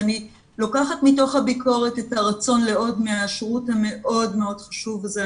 אני לוקחת מתוך הביקורת את הרצון לעוד מהשירות המאוד מאוד חשוב הזה.